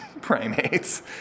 primates